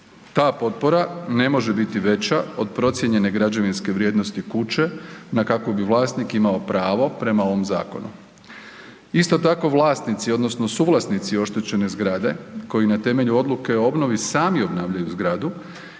Ta potpora ne može biti veća od procijenjene građevinske vrijednosti kuće na kakvu bi vlasnik imao pravo prema ovom zakonu. Isto tako vlasnici odnosno suvlasnici oštećene zgrade koji na temelju odluke o obnovi sami obnavljaju zgradu